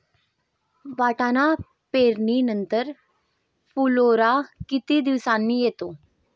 वाटाणा पेरणी नंतर फुलोरा किती दिवसांनी येतो?